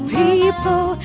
people